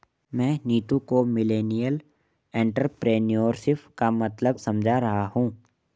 मैं नीतू को millennial entrepreneurship का मतलब समझा रहा हूं